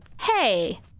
Hey